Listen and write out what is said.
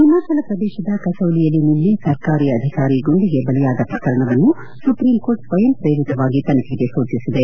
ಹಿಮಾಚಲ ಪ್ರದೇಶದ ಕಸೌಲಿಯಲ್ಲಿ ನಿನ್ನೆ ಸರ್ಕಾರಿ ಅಧಿಕಾರಿ ಗುಂಡಿಗೆ ಬಲಿಯಾದ ಪ್ರಕರಣವನ್ನು ಸುಪ್ರೀಂ ಕೋರ್ಟ್ ಸ್ವಯಂಪ್ರೇರಿತವಾಗಿ ತನಿಖೆಗೆ ಸೂಚಿಸಿದೆ